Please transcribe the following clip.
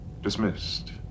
Dismissed